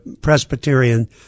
Presbyterian